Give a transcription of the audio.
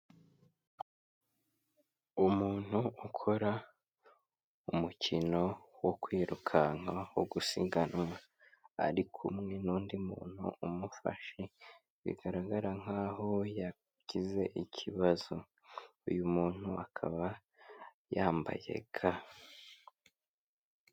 Umuntu ukora umukino wo kwirukanka wo gusiganwa ari kumwe n'undi muntu umufashe bigaragara nk'aho yagize ikibazo, uyu muntu akaba yambaye ga.